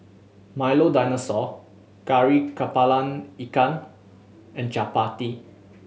Milo Dinosaur Kari Kepala Ikan and Chappati